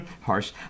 harsh